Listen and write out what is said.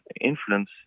influence